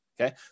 Okay